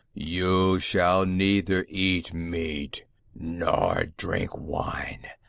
you shall neither eat meat nor drink wine,